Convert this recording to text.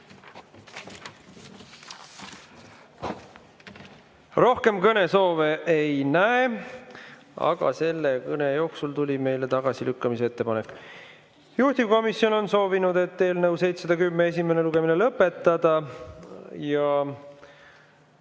Rohkem kõnesoove ei näe. Aga selle kõne jooksul tuli meile [eelnõu] tagasilükkamise ettepanek. Juhtivkomisjon on soovinud eelnõu 710 esimest lugemist lõpetada.